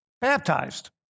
baptized